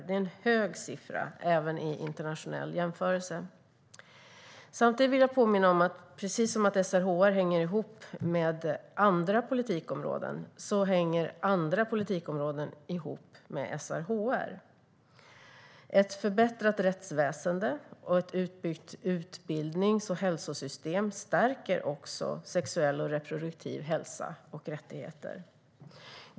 Detta är en hög siffra, även i internationell jämförelse. Samtidigt vill jag påminna om att precis som SRHR hänger ihop med andra politikområden hänger andra politikområden ihop med SRHR. Ett förbättrat rättsväsen och ett utbyggt utbildnings och hälsosystem stärker också sexuell och reproduktiv hälsa och rättigheter.